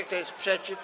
Kto jest przeciw?